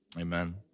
Amen